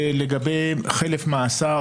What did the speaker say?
לגבי חלף מאסר,